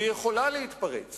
והיא יכולה להתפרץ